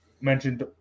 mentioned